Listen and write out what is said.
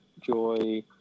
Joy